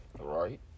Right